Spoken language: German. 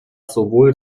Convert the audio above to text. sowohl